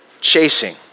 chasing